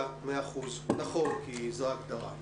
נכון, זו ההגדרה.